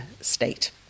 state